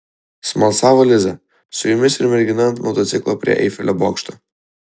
smalsavo liza su jumis ir mergina ant motociklo prie eifelio bokšto